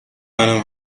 منم